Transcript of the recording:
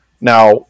Now